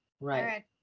Right